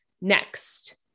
Next